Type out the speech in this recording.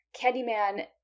Candyman